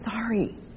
sorry